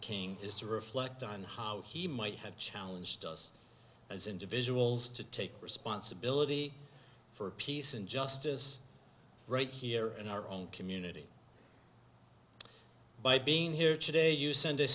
king is to reflect on how he might have challenged us as individuals to take responsibility for peace and justice right here in our own community by being here today you send a